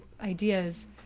ideas